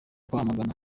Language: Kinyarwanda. kwamagana